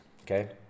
okay